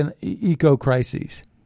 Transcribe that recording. eco-crises